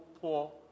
poor